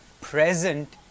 present